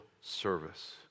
service